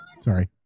sorry